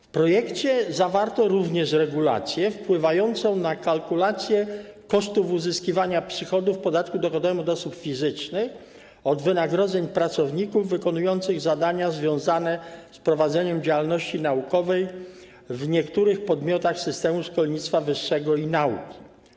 W projekcie zawarto również regulację wpływającą na kalkulację kosztów uzyskiwania przychodów, w przypadku podatku dochodowego od osób fizycznych, od wynagrodzeń pracowników wykonujących zadania związane z prowadzeniem działalności naukowej w niektórych podmiotach systemu szkolnictwa wyższego i nauki.